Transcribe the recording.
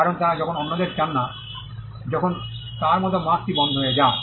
কারণ তারা যখন অন্যদের চান না যখন তার মতো মার্কটি বন্ধ হয়ে যায়